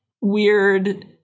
weird